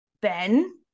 ben